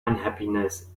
unhappiness